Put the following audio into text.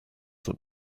that